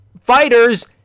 fighters